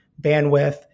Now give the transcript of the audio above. bandwidth